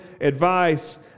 advice